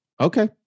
Okay